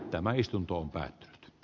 tämä istuntoon päätynyt p